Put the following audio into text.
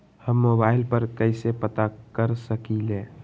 हम मोबाइल पर कईसे पता कर सकींले?